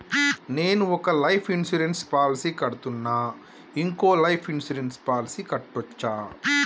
నేను ఒక life insurance policy కడ్తున్నా, ఇంకో లైఫ్ ఇన్సూరెన్స్ పాలసీ కట్టొచ్చా?